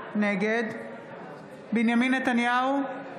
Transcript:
נגד בנימין נתניהו,